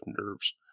nerves